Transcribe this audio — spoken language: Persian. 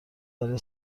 برای